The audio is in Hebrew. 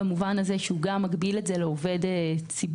במובן זה שהוא גם מגביל את זה לעובד ציבור.